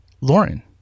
Lauren